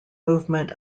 movement